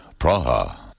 Praha